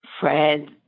friends